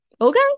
okay